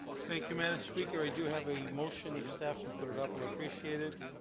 thank you, madam speaker. i do have a motion if staff will put it up i'll appreciate it.